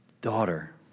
daughter